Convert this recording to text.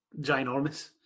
ginormous